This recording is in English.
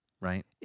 Right